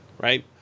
right